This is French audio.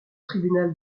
tribunal